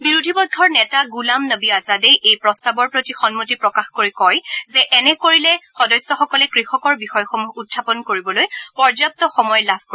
বিৰোধী পক্ষৰ নেতা গুলাম নবী আজাদে এই প্ৰস্তাৱৰ প্ৰতি সন্মতি প্ৰকাশ কৰি কয় যে এনে কৰিলে সদস্যসকলে কৃষকৰ বিষয়সমূহ উখাপন কৰিবলৈ পৰ্য্যাপ্ত সময় লাভ কৰিব